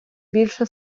більше